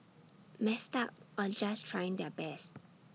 messed up or just trying their best